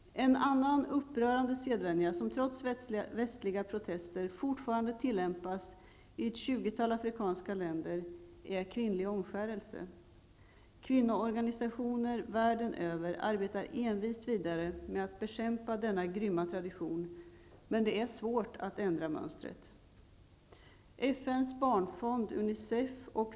En annan upprörande sedvänja som trots västliga protester fortfarande tillämpas i ett 20-tal afrikanska länder är kvinnlig omskärelse. Kvinnoorganisationer världen över arbetar envist vidare med att bekämpa denna grymma tradition, men det är svårt att ändra mönstret.